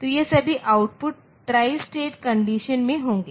तो ये सभी आउटपुट ट्रॉय स्टेट कंडीशन में होंगे